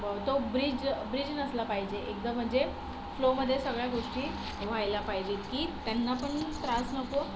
तो bridge bridge नसला पाहिजे एकदा म्हणजे फ्लोमध्ये सगळ्या गोष्टी व्हायला पाहिजे की त्यांना पण त्रास नको